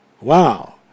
Wow